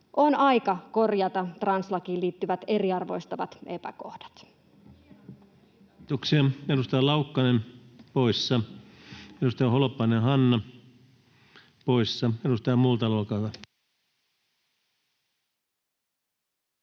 On aika korjata translakiin liittyvät eriarvoistavat epäkohdat.